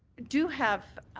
do have